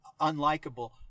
unlikable